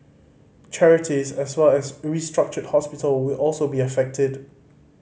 charities as well as restructured hospital will also be affected